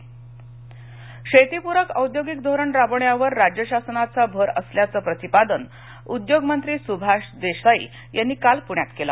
देसाई शेतीप्रक औद्योगिक धोरण राबविण्यावर राज्य शासनाचा भर असल्याचे प्रतिपादन उद्योग मंत्री सुभाष देसाई यांनी काल प्रण्यात केलं